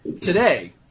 today